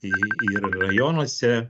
ir rajonuose